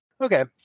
Okay